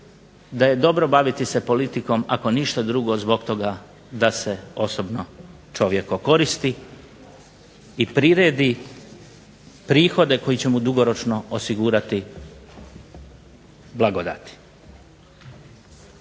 da je dobro baviti se politikom ako ništa drugo zbog toga da se osobno čovjek okoristi i privredi prihode koji će mu dugoročno osigurati blagodati.